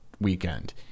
weekend